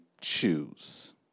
choose